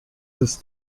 dass